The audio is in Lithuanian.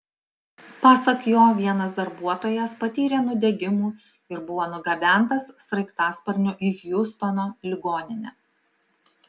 pasak jo vienas darbuotojas patyrė nudegimų ir buvo nugabentas sraigtasparniu į hjustono ligoninę